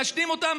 מעשנים אותן,